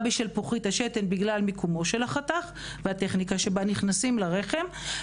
בשלפוחית השתן בגלל מיקומו של החתך והטכניקה בה נכנסים לרחם.